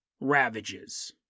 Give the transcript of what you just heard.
ravages